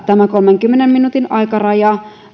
tämä kolmenkymmenen minuutin aikaraja